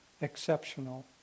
exceptional